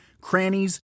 crannies